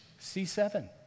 C7